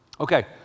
Okay